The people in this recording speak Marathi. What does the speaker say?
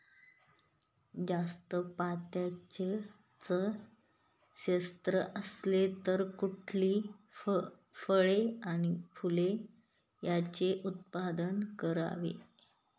जास्त पात्याचं क्षेत्र असेल तर कुठली फळे आणि फूले यांचे उत्पादन करावे?